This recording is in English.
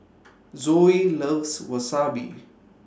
Zoe loves Wasabi